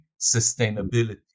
sustainability